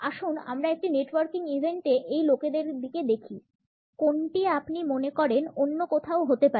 আসুন আমরা একটি নেটওয়ার্কিং ইভেন্টে এই লোকেদের দিকে দেখি কোনটি আপনি মনে করেন অন্য কোথাও হতে পারে